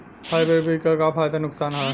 Hybrid बीज क का फायदा नुकसान ह?